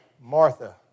Martha